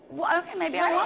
well okay, maybe i won't.